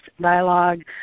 dialogue